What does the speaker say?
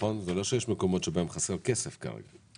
זה לא שיש מקומות שבהם חסר כסף כרגע.